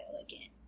again